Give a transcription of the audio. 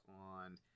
on